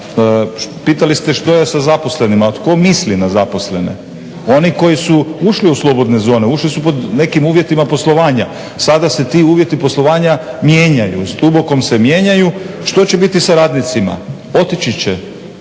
pitali što je sa zaposlenima, a tko misli na zaposlene? One koji su ušli u slobodne zone, ušli su pod nekim uvjetima poslovanja. Sada se ti uvjeti poslovanja mijenjaju, s dubokom se mijenjaju. Što će biti sa radnicima? Otići će